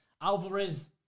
Alvarez